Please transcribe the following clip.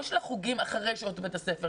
לא חוגים שאחרי בית הספר